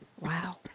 Wow